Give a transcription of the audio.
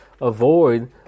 avoid